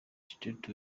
judith